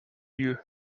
lieu